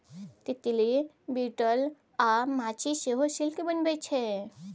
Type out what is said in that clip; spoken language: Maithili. तितली, बिटल अ माछी सेहो सिल्क बनबै छै